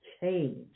change